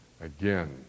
Again